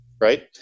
Right